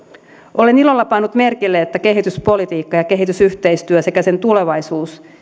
olen ilolla pannut merkille että kehityspolitiikka ja kehitysyhteistyö sekä sen tulevaisuus